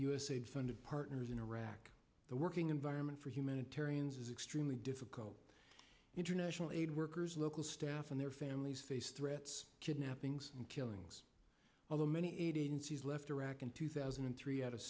of partners in iraq the working environment for humanitarians extremely difficult international aid workers local staff and their families face threats kidnappings and killings although many aid agencies left iraq in two thousand and three out of